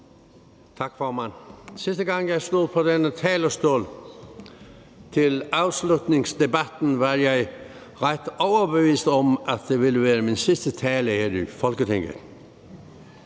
Tak, formand. Sidste gang jeg stod på denne talerstol, til afslutningsdebatten, var jeg ret overbevist om, at det ville være min sidste tale her i Folketinget.